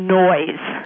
noise